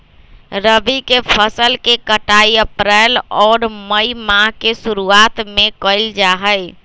रबी के फसल के कटाई अप्रैल और मई माह के शुरुआत में कइल जा हई